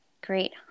Great